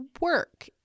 work